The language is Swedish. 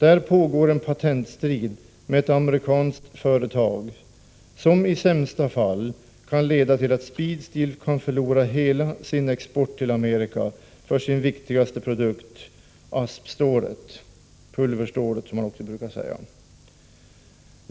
Där pågår en patentstrid med ett amerikanskt företag som i sämsta fall kan leda till att Speedsteel kan förlora hela sin export till Amerika för sin viktigaste produkt, ASP-stålet.